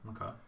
Okay